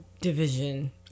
division